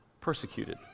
persecuted